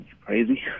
crazy